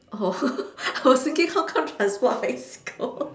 oh I was thinking how come transport lets you go